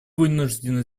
вынуждены